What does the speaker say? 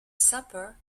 supper